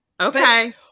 Okay